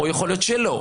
ויכול להיות שלא.